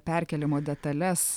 perkėlimo detales